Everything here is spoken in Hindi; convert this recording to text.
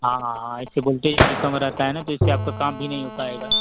हाँ हाँ हाँ ऐसे वोल्टेज भी कम रहता है न तो इससे आपका काम भी नहीं हो पाएगा